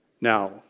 Now